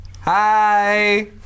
Hi